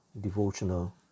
devotional